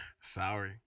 sorry